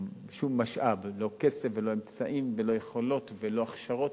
לא כסף ולא אמצעים ולא יכולות ולא הכשרות.